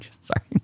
sorry